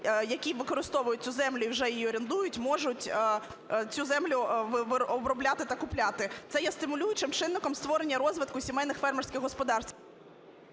які використовують цю землю і вже її орендують, можуть цю землю обробляти та купляти. Це є стимулюючим чинником створення і розвитку сімейних фермерських господарств.